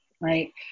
right